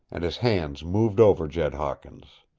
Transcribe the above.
and his hands moved over jed hawkins.